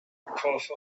because